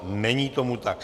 Není tomu tak.